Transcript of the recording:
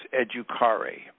educare